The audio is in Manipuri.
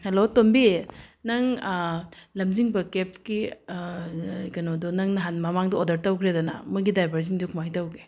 ꯍꯜꯂꯣ ꯇꯣꯝꯕꯤ ꯅꯪ ꯂꯝꯖꯤꯡꯕ ꯀꯦꯞꯀꯤ ꯀꯩꯅꯣꯗꯣ ꯅꯪ ꯅꯍꯥꯟ ꯃꯃꯥꯡꯗ ꯑꯣꯔꯗꯔ ꯇꯧꯈ꯭ꯔꯦꯗꯅ ꯃꯣꯏꯒꯤ ꯗ꯭ꯔꯥꯏꯕꯔꯖꯤꯡꯗꯣ ꯀꯃꯥꯏꯅ ꯇꯧꯒꯦ